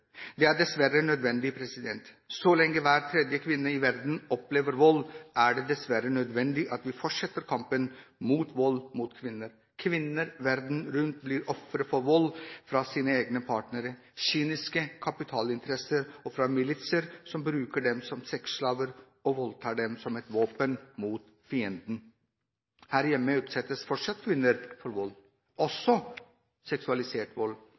Det er dessverre nødvendig. Så lenge hver tredje kvinne i verden opplever vold, er det dessverre nødvendig at vi fortsetter kampen mot vold mot kvinner. Kvinner verden rundt blir ofre for vold fra sine egne partnere, fra kyniske kapitalinteresser og fra militser som bruker dem som sexslaver og voldtar dem, som et våpen mot fienden. Her hjemme utsettes fortsatt kvinner for vold – også seksualisert vold.